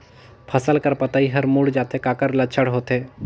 फसल कर पतइ हर मुड़ जाथे काकर लक्षण होथे?